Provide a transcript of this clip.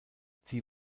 sie